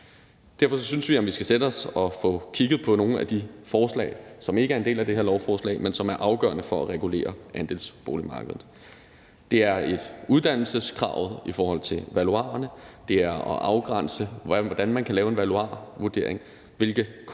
Derfor synes vi, at vi skal sætte os og få kigget på nogle af de forslag, som ikke er en del af det her lovforslag, men som er afgørende for at regulere andelsboligmarkedet. Det er et uddannelseskrav i forhold til valuarerne. Det er at afgrænse, hvordan man kan lave en valuarvurdering, og hvilke renter